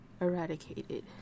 eradicated